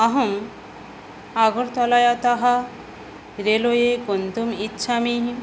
अहम् आगर्तलायातः रेल्वे गन्तुमिच्छामि